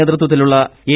നേതൃത്വത്തിലുള്ള എൻ